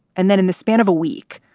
and then in the span of a week,